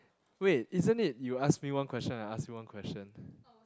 wait isn't it you ask me one question I ask you one question